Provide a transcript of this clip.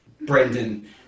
Brendan